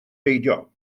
beidio